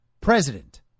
president